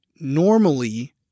normally